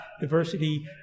diversity